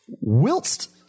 whilst